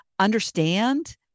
understand